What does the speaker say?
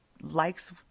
likes